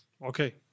Okay